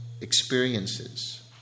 experiences